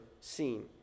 seen